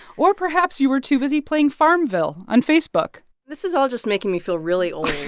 or perhaps you were too busy playing farmville on facebook this is all just making me feel really old.